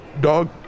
dog